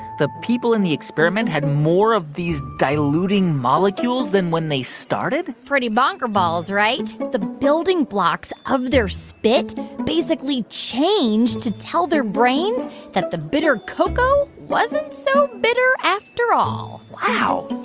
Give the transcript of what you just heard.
the people in the experiment had more of these diluting molecules than when they started? pretty bonkerballs, right? the building blocks of their spit basically changed to tell their brain that the bitter cocoa wasn't so bitter after all wow.